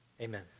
Amen